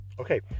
okay